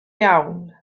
iawn